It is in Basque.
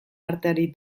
arteari